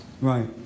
Right